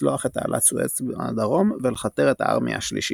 לצלוח את תעלת סואץ בדרום ולכתר את הארמייה השלישית.